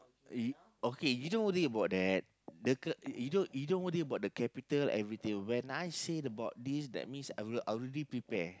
y~ okay you don't worry about that the c~ you don't you don't worry about the capital and everything when I say about this that means I already I already prepare